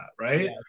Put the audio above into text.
right